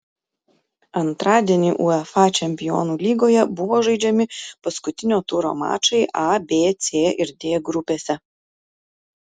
antradienį uefa čempionų lygoje buvo žaidžiami paskutinio turo mačai a b c ir d grupėse